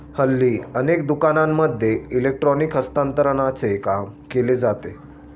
हल्ली अनेक दुकानांमध्ये इलेक्ट्रॉनिक हस्तांतरणाचे काम केले जाते